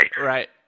Right